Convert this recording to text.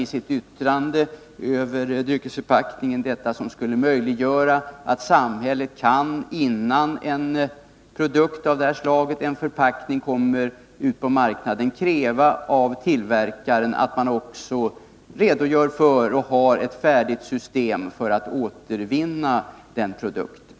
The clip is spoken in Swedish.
I verkets yttrande över dryckesförpackningen har man ju framfört önskemålet att samhället innan en produkt av detta slag, en förpackning, kommer ut på marknaden skall ha möjlighet att av tillverkaren kräva en redogörelse för ett färdigt system för att återvinna produkten.